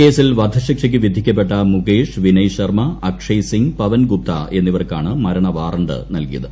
കേസിൽ വധശിക്ഷയ്ക്ക് വിധിക്കപ്പെട്ട മുകേഷ് വിനയ് ശർമ്മ അക്ഷയ് സിംഗ് പവൻ ഗുപ്ത എന്നിവർക്കാണ് മരണ വാറണ്ട് നൽകിയത്